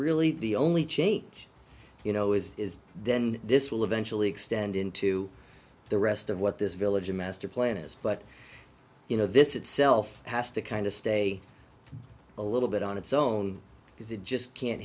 really the only change you know is then this will eventually extend into the rest of what this village a master plan is but you know this itself has to kind of stay a little bit on its own because it just can't